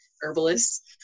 herbalist